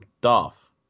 Dolph